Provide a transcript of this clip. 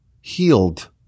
healed